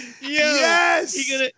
Yes